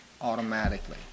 automatically